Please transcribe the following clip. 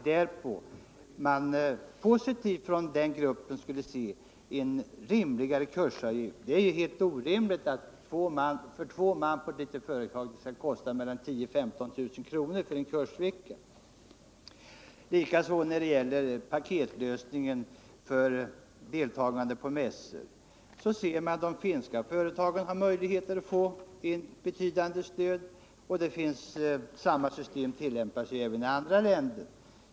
Det är med tanke därpå som den gruppen skulle se positivt på en rimligare kursavgift. Det är helt orimligt att en kursvecka för två man skall kosta 10 000-15 000 kr. för ett litet företag. Jag vill också vad gäller paketlösningar för deltagande på mässor peka på att de finska företagen har möjlighet att få betydande stöd till sådant deltagande. Samma system tillämpas även i andra länder.